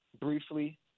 briefly